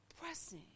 pressing